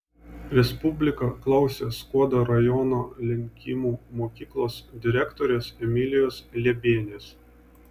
respublika klausė skuodo rajono lenkimų mokyklos direktorės emilijos liebienės